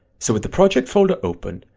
so with the project folder open,